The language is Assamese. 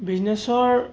বিজনেছৰ